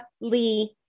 Lee